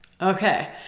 okay